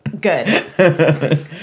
Good